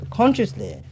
consciously